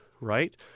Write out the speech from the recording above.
right